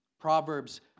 Proverbs